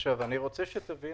שמנו